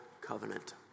covenant